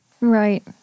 Right